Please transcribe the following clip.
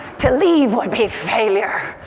to leave would be failure.